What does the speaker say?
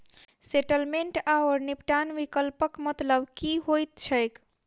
Settlement आओर निपटान विकल्पक मतलब की होइत छैक?